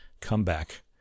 comeback